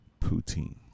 poutine